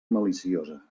maliciosa